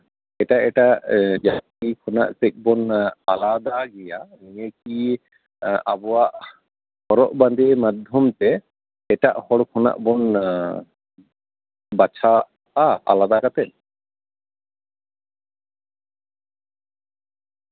ᱮᱴᱟᱜ ᱮᱴᱟᱜ ᱡᱟᱹᱛᱤ ᱠᱷᱚᱱᱟᱜ ᱠᱟᱺᱪ ᱵᱚᱱ ᱟᱞᱟᱫᱟ ᱜᱮᱭᱟ ᱟᱵᱚ ᱠᱤ ᱟᱵᱚᱣᱟᱜ ᱦᱚᱨᱚᱜ ᱵᱟᱸᱫᱮ ᱢᱟᱫᱽᱫᱷᱚᱢᱛᱮ ᱮᱴᱟᱜ ᱦᱚᱲ ᱠᱷᱚᱱᱟᱜ ᱵᱚᱱ ᱵᱟᱪᱷᱟᱜᱼᱟ ᱟᱞᱟᱫᱟ ᱠᱟᱛᱮ